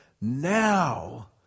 Now